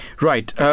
Right